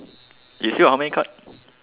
you still got how many card